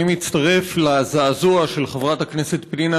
אני מצטרף לזעזוע של חברת הכנסת פנינה